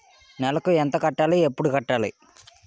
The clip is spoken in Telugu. నెలకు ఎంత కట్టాలి? ఎప్పుడు కట్టాలి?